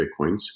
Bitcoins